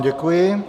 Děkuji.